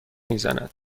میزند